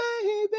baby